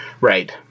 Right